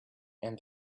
and